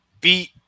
beat